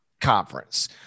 conference